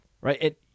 right